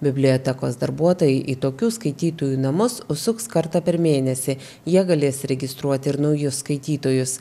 bibliotekos darbuotojai į tokius skaitytojų namus užsuks kartą per mėnesį jie galės registruoti ir naujus skaitytojus